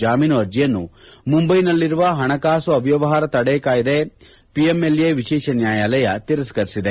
ಜಾಮೀನು ಅರ್ಜಿಯನ್ನು ಮುಂಬೈನಲ್ಲಿರುವ ಹಣಕಾಸು ಅವ್ವವಹಾರ ತಡೆ ಕಾಯ್ದೆ ಪಿಎಂಎಲ್ಎ ವಿಶೇಷ ನ್ಯಾಯಾಲಯ ತಿರಸ್ಥರಿಸಿದೆ